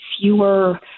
fewer